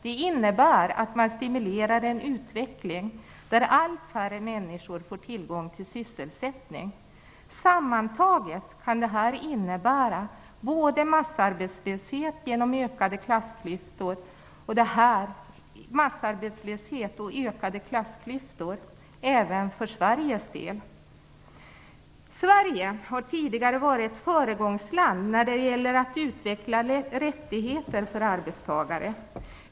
Det innebär att man stimulerar en utveckling där allt färre människor får tillgång till sysselsättning. Detta kan sammantaget innebära både massarbetslöshet och ökade klassklyftor även för Sverige har tidigare varit ett föregångsland när det gäller att utveckla rättigheter för arbetstagare.